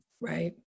right